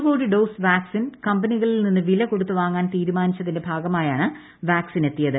ഒരു കോടി dose vaccine കമ്പനികളിൽ നിന്ന് വില കൊടുത്ത് വാങ്ങാൻ തീരുമാനിച്ചതിന്റെ ഭാഗമായാണ് വാക്സിൻ എത്തിയത്